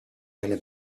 gonna